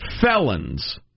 felons